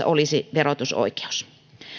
olisi verotusoikeus